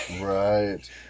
Right